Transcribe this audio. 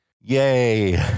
Yay